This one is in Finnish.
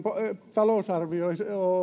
talousarvio